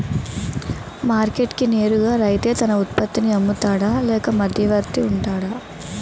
Market కి నేరుగా రైతే తన ఉత్పత్తి నీ అమ్ముతాడ లేక మధ్యవర్తి వుంటాడా?